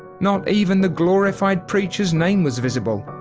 not even the glorified preacher's name was visible.